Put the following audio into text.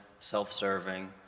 Self-serving